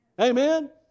Amen